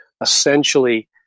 essentially